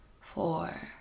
four